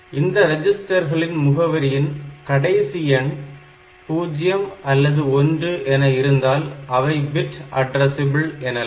இந்த ரெஜிஸ்டர்களின் முகவரியின் கடைசி எண் 0 அல்லது 1 என இருந்தால் அவை பிட் அட்ரஸபிள் எனலாம்